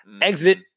exit